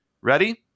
Ready